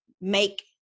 make